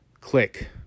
click